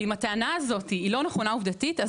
ואם הטענה הזאת לא נכונה עובדתית אז